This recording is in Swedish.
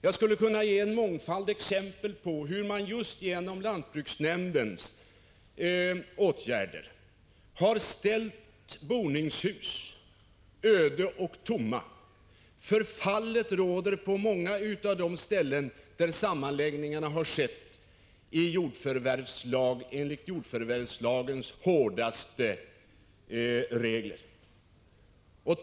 Jag skulle kunna ge en mångfald exempel på hur man just genom lantbruksnämndens åtgärder har ställt boningshus öde och tomma. Förfallet råder på många av de ställen där sammanläggningarna har skett enligt jordförvärvslagens hårdaste regler.